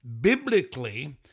biblically